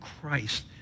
Christ